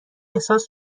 احساس